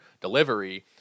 delivery